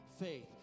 faith